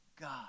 God